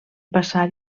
passar